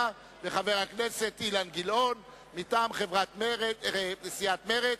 וחבר הכנסת אילן גילאון מטעם סיעת מרצ.